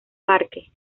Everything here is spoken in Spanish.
parque